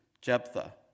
Jephthah